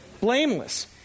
blameless